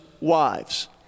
wives